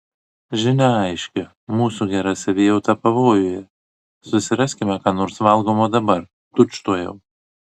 žinia aiški mūsų gera savijauta pavojuje susiraskime ką nors valgomo dabar tučtuojau